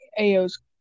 AO's